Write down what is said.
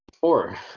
Four